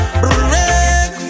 break